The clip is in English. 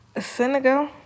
Senegal